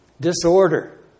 Disorder